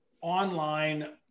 online